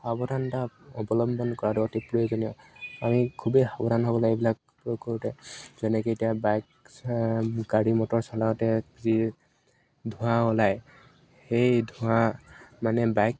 সাৱধান এটা অৱলম্বন কৰাটো অতি প্ৰয়োজনীয় আমি খুবেই সাৱধান হ'ব লাগিল কৰোঁতে যেনেকে এতিয়া বাইক গাড়ী মটৰ চলাওঁতে যি ধোঁৱা ওলায় সেই ধোঁৱা মানে বাইক